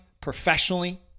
professionally